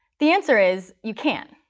the answer is you can't.